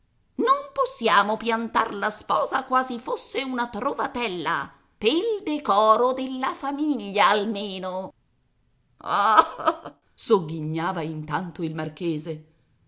non possiamo piantar la sposa quasi fosse una trovatella pel decoro della famiglia almeno ah ah sogghignava intanto il marchese